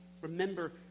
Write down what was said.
remember